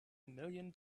million